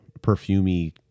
perfumey